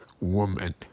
woman